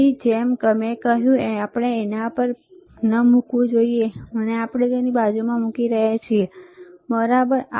તેથી જેમ મેં કહ્યું આપણે તેના પર ન મૂકવું જોઈએ અમે તેને તેની બાજુમાં મૂકી રહ્યા છીએ બરાબર